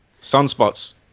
Sunspots